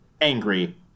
angry